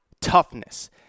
toughness